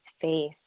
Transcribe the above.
face